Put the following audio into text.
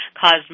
caused